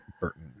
Burton